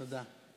תודה.